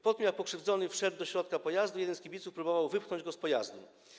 Po tym jak pokrzywdzony wszedł do środka pojazdu, jeden z kibiców próbował wypchnąć go z pojazdu.